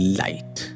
light